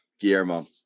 Guillermo